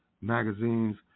magazines